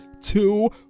two